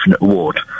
award